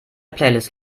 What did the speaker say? playlist